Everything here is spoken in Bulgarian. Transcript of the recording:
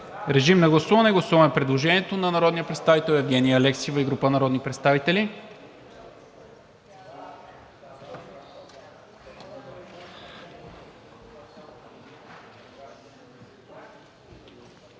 на гласуване предложението на народния представител Евгения Алексиева и група народни представители